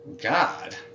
God